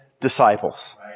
disciples